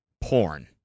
porn